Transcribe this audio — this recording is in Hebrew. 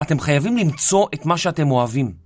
אתם חייבים למצוא את מה שאתם אוהבים.